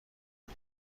کرد